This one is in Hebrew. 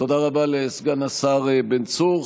תודה רבה לסגן השר בן צור.